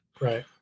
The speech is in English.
Right